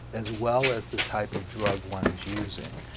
as well as the type of drug one is using.